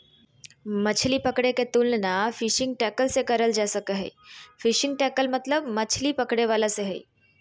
मछली पकड़े के तुलना फिशिंग टैकल से करल जा सक हई, फिशिंग टैकल मतलब मछली पकड़े वाला से हई